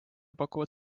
pakuvad